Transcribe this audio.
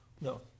No